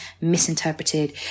misinterpreted